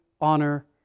honor